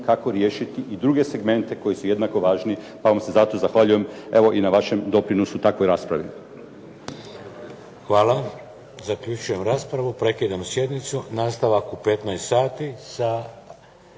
kako riješiti i druge segmente koji su jednako tako, pa vam se zato zahvaljujem evo i na vašem doprinosu takvoj raspravi. **Šeks, Vladimir (HDZ)** Hvala. Zaključujem raspravu. Prekidam sjednicu. Nastavak je u 15 sati sa